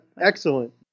excellent